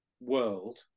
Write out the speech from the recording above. world